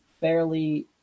fairly